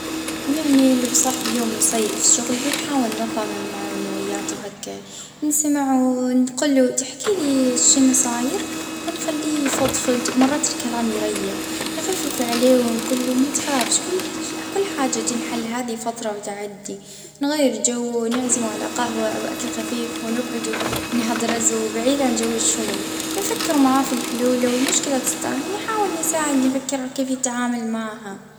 آ خيرك أحكيلي شو صاير معاك؟ أسمع آني معاك نجدروا نطلعوا ونشربوا حاجة و وتفضفض يعني وما فيش حاجة تستاهل، غدوة في يوم جديد.